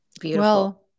beautiful